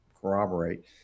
corroborate